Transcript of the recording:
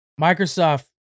microsoft